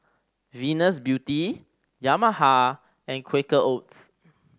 Venus Beauty Yamaha and Quaker Oats